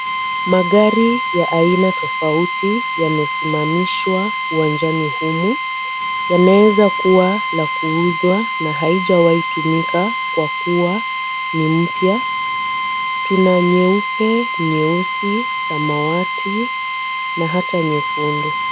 Magari ya aina tofauti yamesimamishwa uwanjani humu yanaeza kuwa la kuuzwa na haijawai tumika kwa kuwa ni mpya. Tuna nyeupe, nyeusi samawati na hata nyekundu.